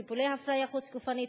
טיפולי הפריה חוץ-גופית,